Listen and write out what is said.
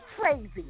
crazy